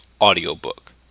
audiobook